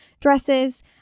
dresses